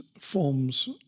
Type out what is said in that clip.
forms